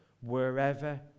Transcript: wherever